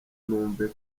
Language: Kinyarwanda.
numve